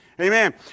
Amen